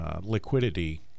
liquidity